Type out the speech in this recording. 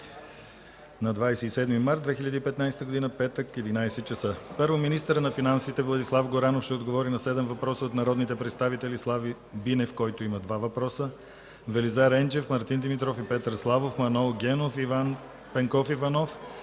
на 27 март 2015 г. – петък, 11,00 ч.: 1. Министърът на финансите Владислав Горанов ще отговори на седем въпроса от народните представители Слави Бинев – два въпроса, Велизар Енчев, Мартин Димитров и Петър Славов, Манол Генов, Иван Пенков Иванов,